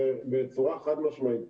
בצורה חד-משמעית.